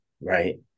right